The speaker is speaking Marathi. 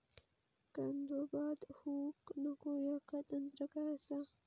कांदो बाद होऊक नको ह्याका तंत्र काय असा?